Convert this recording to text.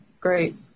great